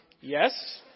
yes